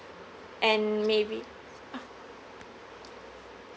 and maybe